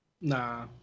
Nah